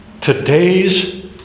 today's